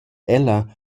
ella